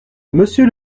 monsieur